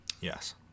Yes